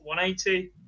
180